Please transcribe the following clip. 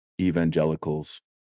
evangelicals